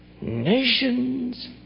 Nations